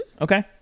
okay